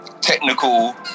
technical